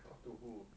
talk to who